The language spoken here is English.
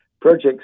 Projects